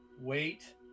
wait